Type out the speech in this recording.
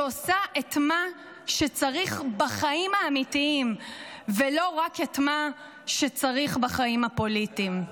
שעושה את מה שצריך בחיים האמיתיים ולא רק את מה שצריך בחיים הפוליטיים.